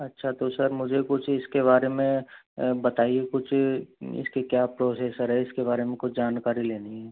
अच्छा तो सर मुझे कुछ इसके बारे में बताइए कुछ इसके क्या प्रोसेसर हैं इसके बारे में कुछ जानकारी लेनी है